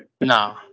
No